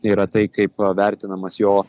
yra tai kaip vertinamas jo